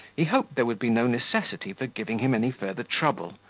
he hoped there would be no necessity for giving him any further trouble,